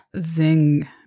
Zing